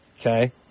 Okay